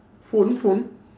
phone phone